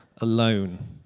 alone